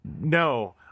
no